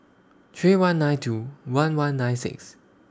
three one nine two one one nine six